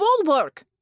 Bulwark